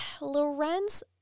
lorenz